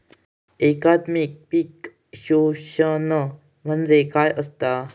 एकात्मिक पीक पोषण म्हणजे काय असतां?